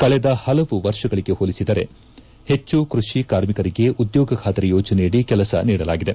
ಕಳೆದ ಹಲವು ವರ್ಷಗಳಿಗೆ ಹೊಲಿಸಿದರೆ ಹೆಚ್ಚು ಜನ ಕೃಷಿ ಕಾರ್ಮಿಕರಿಗೆ ಉದ್ಯೋಗ ಖಾತರಿ ಯೋಜನೆಯಡಿ ಕೆಲಸ ನೀಡಲಾಗಿದೆ